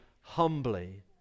humbly